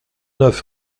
neuf